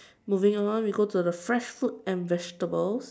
moving on we go to the fresh fruit and vegetables